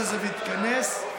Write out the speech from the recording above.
יתכנס, בנושא הזה.